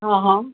हां हां